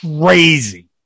crazy